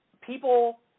people